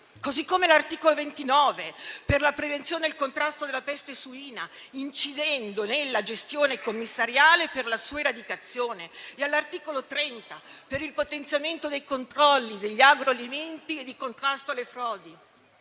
Così l'articolo 29 per la prevenzione e il contrasto della peste suina, incidendo nella gestione commissariale per la sua eradicazione, e l'articolo 30 per il potenziamento dei controlli degli agroalimenti e di contrasto alle frodi.